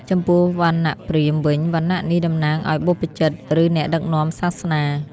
ចំពោះវណ្ណៈព្រាហ្មណ៍វិញ វណ្ណៈនេះតំណាងឲ្យបព្វជិត ឬអ្នកដឹកនាំសាសនា។